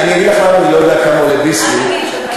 אני אגיד לך למה אני לא יודע כמה עולה "ביסלי" כי